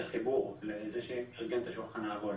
לחיבור לזה שארגן את השולחן העגול,